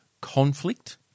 conflict